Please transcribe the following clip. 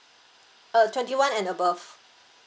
uh twenty one and above